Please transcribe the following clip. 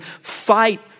fight